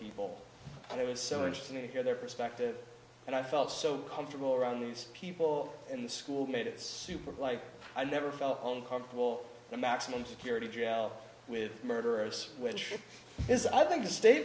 people and it was so interesting to hear their perspective and i felt so comfortable around these people and the school made it super like i never felt alone comfortable a maximum security jail with murderous which is i think a state